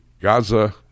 Gaza